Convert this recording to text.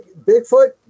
Bigfoot